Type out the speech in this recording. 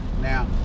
Now